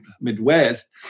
Midwest